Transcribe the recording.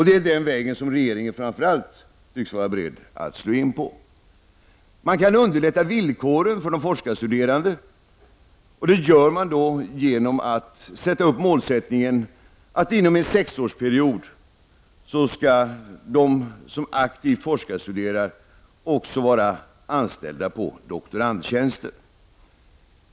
Det är den vägen som regeringen framför allt tycks vara beredd att slå in på. Man kan underlätta villkoren för de forskarstuderande, och det gör man genom att sätta upp målsättningen att inom en sexårsperiod skall de som aktivt forskarstuderar också vara anställda på doktorandtjänster.